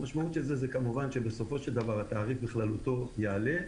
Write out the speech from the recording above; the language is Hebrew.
המשמעות של זה היא שבסופו של דבר התעריף בכללותו יעלה,